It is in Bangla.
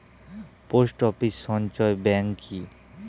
পোস্ট অফিস সঞ্চয় ব্যাংক কি?